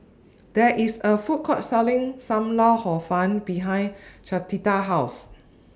There IS A Food Court Selling SAM Lau Hor Fun behind Clotilda's House